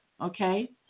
okay